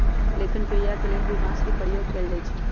लेखन क्रिया के लेल भी बांस के प्रयोग कैल जाई छई